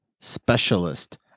Specialist